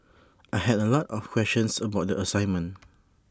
I had A lot of questions about the assignment